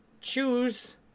choose